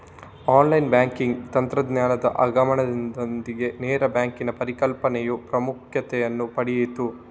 online banking ತಂತ್ರಜ್ಞಾನದ ಆಗಮನದೊಂದಿಗೆ ನೇರ ಬ್ಯಾಂಕಿನ ಪರಿಕಲ್ಪನೆಯು ಪ್ರಾಮುಖ್ಯತೆಯನ್ನು ಪಡೆಯಿತು